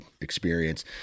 experience